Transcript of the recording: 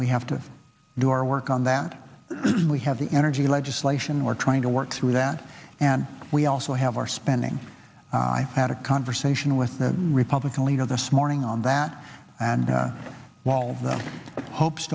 we have to do our work on that we have the energy legislation we're trying to work through that and we also have our spending i had a conversation with the republican leader this morning on that and while the hopes